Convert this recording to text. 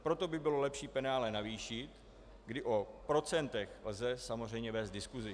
Proto by bylo lepší penále navýšit, kdy o procentech lze samozřejmě vést diskusi.